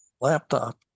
laptop